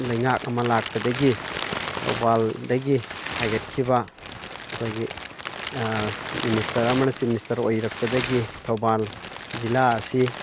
ꯂꯩꯉꯥꯛ ꯑꯃ ꯂꯥꯛꯄꯗꯒꯤ ꯊꯧꯕꯥꯜꯗꯒꯤ ꯍꯥꯏꯒꯠꯈꯤꯕ ꯑꯩꯈꯣꯏꯒꯤ ꯃꯤꯅꯤꯁꯇꯔ ꯑꯃꯅ ꯆꯤꯞ ꯃꯤꯅꯤꯁꯇꯔ ꯑꯣꯏꯔꯛꯄꯗꯒꯤ ꯊꯧꯕꯥꯜ ꯖꯤꯜꯂꯥ ꯑꯁꯤ